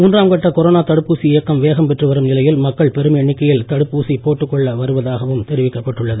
மூன்றாம் கட்ட கொரோனா தடுப்பூசி இயக்கம் வேகம் பெற்று வரும் நிலையில் மக்கள் பெரும் எண்ணிக்கையில் தடுப்பூசி போட்டுக்கொள்ள வருவதாகவும் தெரிவிக்கப்பட்டுள்ளது